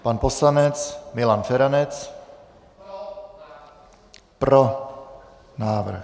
Pan poslanec Milan Feranec: Pro návrh.